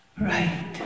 Right